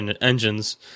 engines